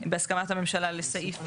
בהסכמת הממשלה, לסעיף אחד.